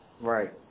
Right